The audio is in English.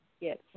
Yes